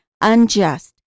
unjust